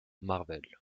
marvel